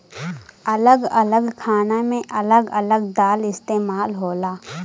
अलग अलग खाना मे अलग अलग दाल इस्तेमाल होला